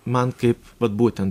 man kaip vat būtent